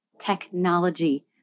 technology